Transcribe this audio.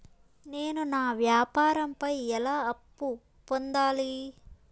నేను నా వ్యాపారం పై ఎలా అప్పు పొందాలి?